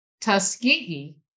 Tuskegee